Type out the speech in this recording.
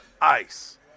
ice